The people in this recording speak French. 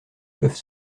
peuvent